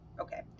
Okay